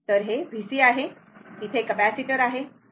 तर हे Vc आहे तेथे कॅपेसिटर आहे